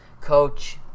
coach